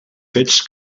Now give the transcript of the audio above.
fets